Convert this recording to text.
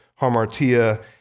harmartia